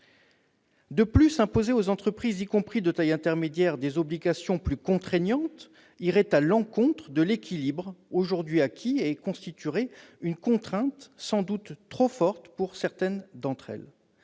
De plus, imposer aux entreprises, y compris de taille intermédiaire, des obligations plus contraignantes irait à l'encontre de l'équilibre aujourd'hui acquis et constituerait une contrainte sans doute trop forte pour certaines d'entre elles.